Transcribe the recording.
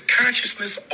consciousness